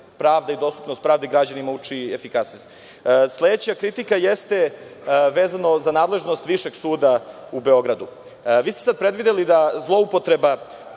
pravda i dostupnost pravde građanima učini efikasnijim. Sledeća kritika jeste vezano za nadležnost Višeg suda u Beogradu. Vi ste sad predvideli da zloupotreba